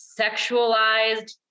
sexualized